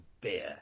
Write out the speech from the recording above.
beer